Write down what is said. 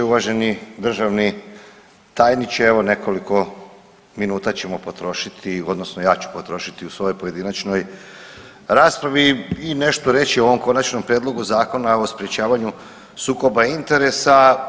Uvaženi državni tajniče evo nekoliko minuta ćemo potrošili odnosno ja ću potrošiti u svojoj pojedinačnoj raspravi nešto reći o ovom konačnom prijedlogu Zakona o sprječavanju sukoba interesa.